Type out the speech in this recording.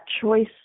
choice